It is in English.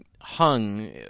hung